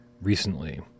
recently